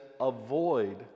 avoid